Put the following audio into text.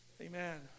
Amen